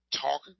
talk